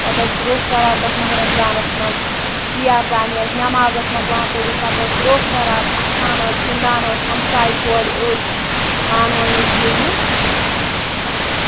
پَتہٕ ٲسۍ روٚف کَران تَتھ ماہِ رمضانَس منٛز ژیر تامہِ ٲسۍ نٮ۪ماز ٲس مۄکلاوان پٔرِتھ پَتہٕ ٲسۍ روٚف کَران اَسان ٲسۍ گِنٛدان ٲسۍ ہَمساے کورِ ٲسۍ پانہٕ ؤنۍ ٲسۍ بیٚنہِ بَس یُتُے